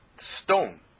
stone